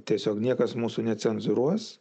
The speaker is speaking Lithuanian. tiesiog niekas mūsų necenzūruos